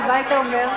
מה היית אומר?